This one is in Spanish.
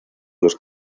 los